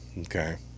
Okay